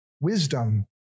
Wisdom